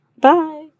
Bye